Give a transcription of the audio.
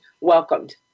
welcomed